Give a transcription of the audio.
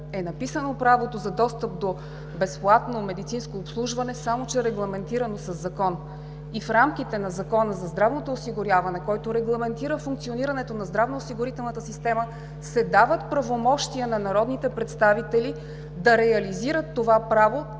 е записано правото на достъп до безплатно медицинско обслужване, само че регламентирано със закон. В рамките на Закона за здравното осигуряване, регламентиращ функционирането на здравноосигурителната система, се дават правомощия на народните представители да реализират това право